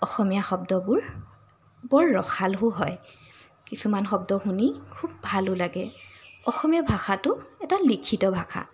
অসমীয়া শব্দবোৰ বৰ ৰসালো হয় কিছুমান শব্দ শুনি খুব ভালো লাগে অসমীয়া ভাষাটো এটা লিখিত ভাষা